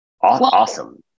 awesome